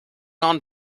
non